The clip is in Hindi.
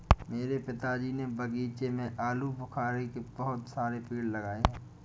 मेरे पिताजी ने बगीचे में आलूबुखारे के बहुत सारे पेड़ लगाए हैं